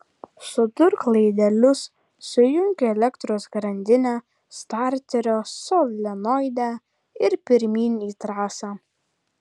sudurk laidelius sujunk elektros grandinę starterio solenoide ir pirmyn į trasą